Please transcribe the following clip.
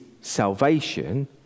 salvation